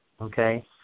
okay